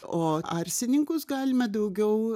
o arsininkus galime daugiau